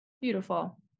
Beautiful